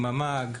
ממ"ג,